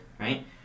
right